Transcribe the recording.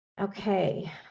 Okay